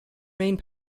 main